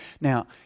Now